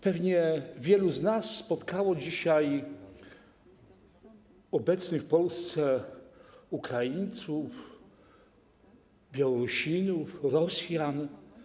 Pewnie wielu z nas spotkało dzisiaj obecnych w Polsce Ukraińców, Białorusinów, Rosjan.